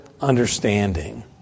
understanding